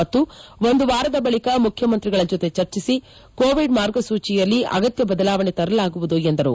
ಮತ್ತು ಒಂದು ವಾರದ ಬಳಿಕ ಮುಖ್ಯಮಂತ್ರಿಗಳ ಜೊತೆ ಚರ್ಚಿಸಿ ಕೋವಿಡ್ ಮಾರ್ಗಸೂಚಿಗಳಲ್ಲಿ ಅಗತ್ನ ಬದಲಾವಣೆ ತರಲಾಗುವುದು ಎಂದರು